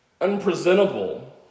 unpresentable